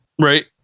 Right